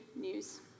news